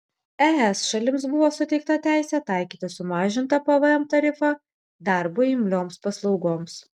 es šalims buvo suteikta teisė taikyti sumažintą pvm tarifą darbui imlioms paslaugoms